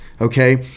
Okay